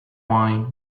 wine